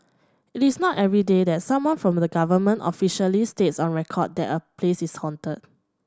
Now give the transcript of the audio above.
it is not everyday that someone from the government officially states on record that a place is haunted